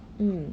mm